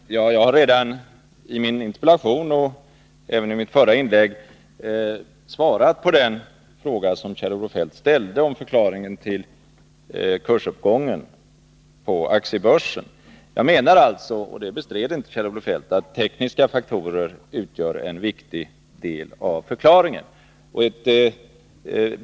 Herr talman! Jag har redan i min interpellation och även i mitt förra inlägg svarat på den fråga som Kjell-Olof Feldt ställde om förklaringen till kursuppgången på aktiebörsen. Jag menar alltså att — och det bestred inte Kjell-Olof Feldt — tekniska faktorer utgör en viktig del av förklaringen.